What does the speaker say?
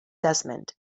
desmond